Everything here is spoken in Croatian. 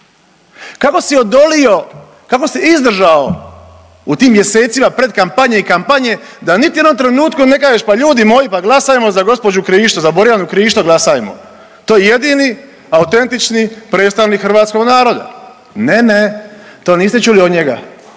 Kako si odolio, kako si izdržao u tim mjesecima predkampanje i kampanje da niti u jednom trenutku ne kažeš pa ljudi moji glasajmo pa glasajmo za gospođu Krišto za Borjanu Krišto glasajmo to je jedini autentični predstavnik hrvatskog naroda. Ne, ne, to niste čuli od njega.